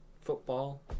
football